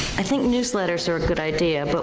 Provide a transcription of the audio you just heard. i think newsletters are a good idea, but